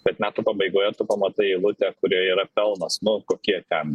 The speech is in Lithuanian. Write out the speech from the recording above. bet metų pabaigoje tu pamatai eilutę kurioje yra pelnas nu kokie ten